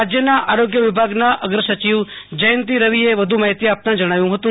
રાજયના આરોગ્ય વિભાગના અગ્રસચિવ જયંતિ રવિએ વધુ માહિતી આપતાં જણાવ્યું હતું